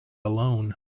alone